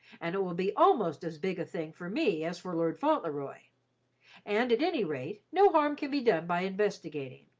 and it will be almost as big a thing for me as for lord fauntleroy and, at any rate, no harm can be done by investigating.